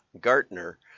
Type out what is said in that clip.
Gartner